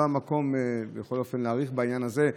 ולא כאן המקום בכל אופן להאריך בעניין הזה.